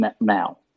now